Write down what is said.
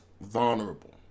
vulnerable